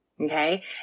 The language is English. Okay